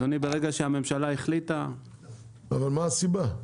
אדוני, ברגע שהממשלה החליטה --- מה הסיבה?